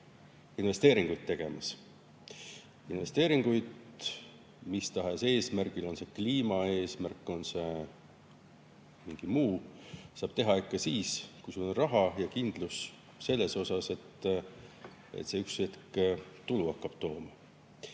investeeringuid tegemas. Investeeringuid mis tahes eesmärgil – on see kliimaeesmärk, on see mingi muu – saab aga teha ikka siis, kui sul on raha ja kindlus selles osas, et see üks hetk hakkab tulu